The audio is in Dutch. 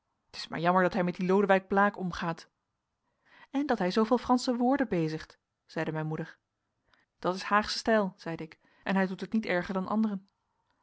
t is maar jammer dat hij met dien lodewijk blaek omgaat en dat hij zooveel fransche woorden bezigt zeide mijn moeder dat is haagsche stijl zeide ik en hij doet het niet erger dan anderen